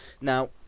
Now